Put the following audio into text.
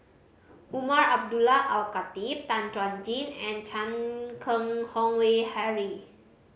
Umar Abdullah Al Khatib Tan Chuan Jin and Chan Keng Howe Harry